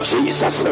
Jesus